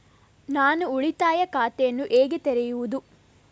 ನಾನು ಉಳಿತಾಯ ಖಾತೆಯನ್ನು ಹೇಗೆ ತೆರೆಯುದು?